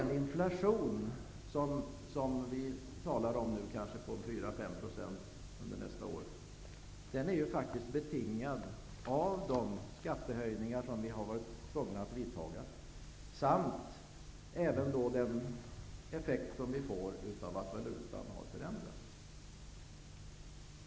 Den inflation på 4-5 % som vi talar om inför nästa år är faktiskt betingad av de skattehöjningar som vi har varit tvungna att vidta samt den effekt vi får på grund av att valutan har förändrats.